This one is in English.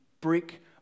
brick